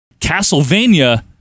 Castlevania